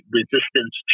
resistance